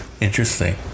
Interesting